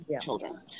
children